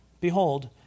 Behold